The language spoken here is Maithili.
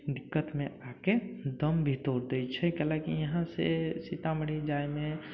दिक्कतमे आकऽ दम भी तोड़ दै छै काहे लऽ कऽ यहाँसँ सीतामढ़ी जाइमे